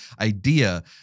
idea